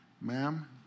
ma'am